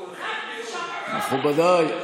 מכובדיי,